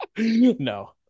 No